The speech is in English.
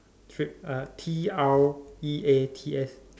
treat uh T R E A T S